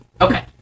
Okay